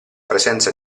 presenza